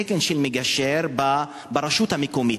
תקן של מגשר ברשות המקומית,